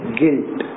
guilt